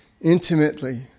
intimately